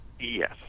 Yes